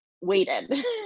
waited